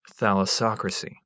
thalassocracy